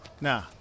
Nah